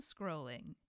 scrolling